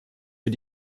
wir